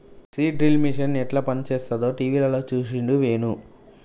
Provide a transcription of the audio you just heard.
seed drill machine యెట్ల పనిచేస్తదో టీవీల చూసిండు వేణు